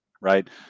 Right